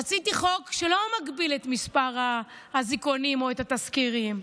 רציתי חוק שלא מגביל את מספר האזיקונים או את התסקירים,